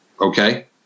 Okay